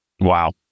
Wow